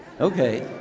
Okay